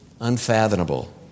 unfathomable